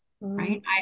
right